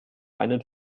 einen